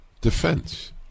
defense